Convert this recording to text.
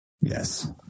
Yes